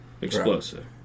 Explosive